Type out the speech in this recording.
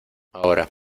ahora